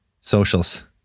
socials